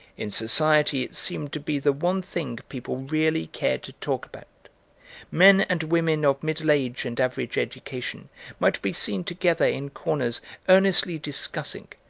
in society it seemed to be the one thing people really cared to talk about men and women of middle age and average education might be seen together in corners earnestly discussing,